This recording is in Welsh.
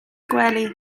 gwely